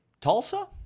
Tulsa